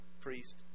priest